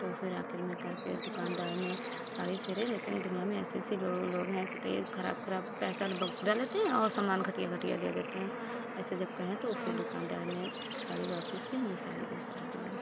तो फिर आखिर में करके दुकानदार ने साड़ी फेरे लेकिन दुनिया में ऐसे ऐसे लोग लोग हैं बताइए खराब खराब पैसा पूरा लेते हैं और सामान घटिया घटिया दे देते हैं ऐसे जब कहें तो फिर दुकानदार ने साड़ी वापिस की हमें साड़ी दूसरा दिया